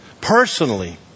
personally